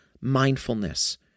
mindfulness